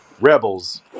rebels